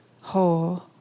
whole